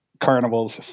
Carnival's